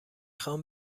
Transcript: خوام